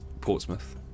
Portsmouth